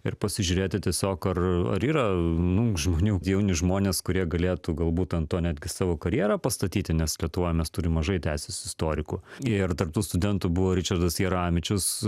ir pasižiūrėti tiesiog ar ar yra nu žmonių jauni žmonės kurie galėtų galbūt ant to netgi savo karjerą pastatyti nes lietuvoj mes turim mažai teisės istorikų ir tarp tų studentų buvo ričardas jaramičius